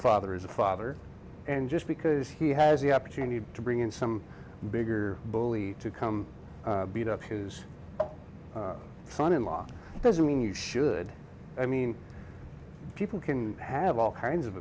father is the father and just because he has the opportunity to bring in some bigger bully to come beat up whose son in law doesn't mean you should i mean people can have all kinds of